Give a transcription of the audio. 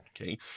Okay